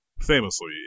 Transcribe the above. famously